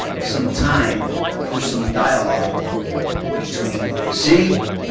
some time for some dialogue between the city,